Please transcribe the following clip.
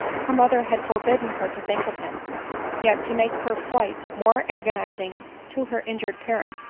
her mother had forbidden her to think of him yet, to make her flight more agoniz ing to her injured parent,